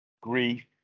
grief